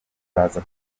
baza